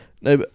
No